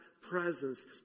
presence